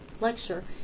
lecture